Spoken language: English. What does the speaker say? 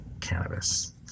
cannabis